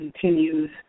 continues